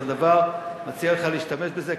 אני מציע לך להשתמש בזה,